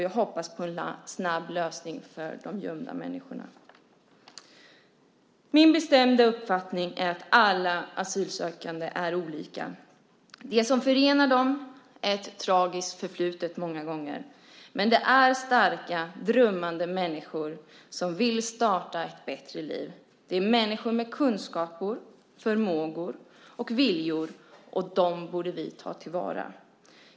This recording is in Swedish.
Jag hoppas på en snabb lösning för de gömda människorna. Det är min bestämda uppfattning att alla asylsökande är olika. Det som förenar dem är många gånger ett tragiskt förflutet. Men det är starka drömmande människor som vill starta ett bättre liv. Det är människor med kunskaper, förmågor och viljor, och dem borde vi ta till vara.